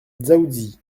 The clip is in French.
dzaoudzi